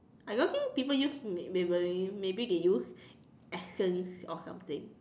I don't think people use Maybelline maybe they use Essence or something